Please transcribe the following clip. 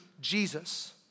Jesus